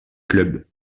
club